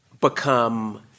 become